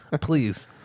Please